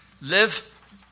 Live